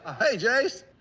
hey, jase!